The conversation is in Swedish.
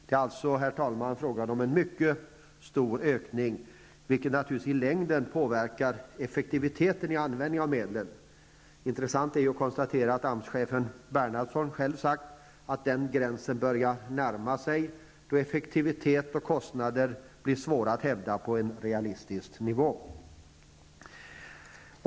Det är alltså, herr talman, fråga om en mycket stor ökning, vilket naturligtvis i längden påverkar effektiviteten i användningen av medlen. Intressant är att konstatera att AMS-chefen Göte Bernhardsson själv har sagt att den gränsen börjar närma sig då effektivitetet och kostnader blir svåra att hävda på en realistisk nivå.